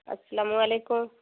السلام علیکم